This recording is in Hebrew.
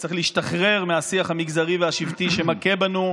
וצריך להשתחרר מהשיח המגזרי והשבטי שמכה בנו,